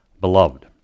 beloved